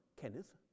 Kenneth